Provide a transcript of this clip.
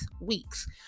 weeks